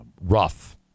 rough